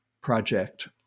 project